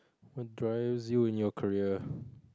what drives you in your career